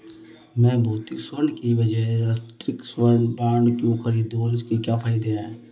मैं भौतिक स्वर्ण के बजाय राष्ट्रिक स्वर्ण बॉन्ड क्यों खरीदूं और इसके क्या फायदे हैं?